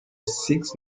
six